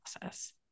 process